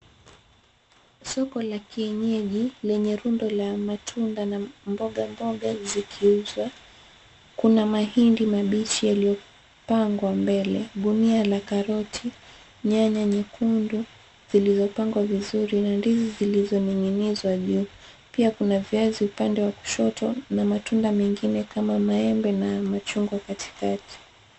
Soko la kienyeji lenye rundo la matunda na mbogamboga zikiuzwa, kuna mahindi mabichi yaliyopangwa mbele, gunia la karoti, nyanya nyekundu zilizopangwa vizuri na ndizi zilizoninginizwa juu na pia kuna viazi upande wa kushoto na matunda mengine kama maembe na machungwa katikati.